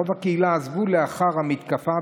רוב אנשי הקהילה עזבו לאחר המתקפה,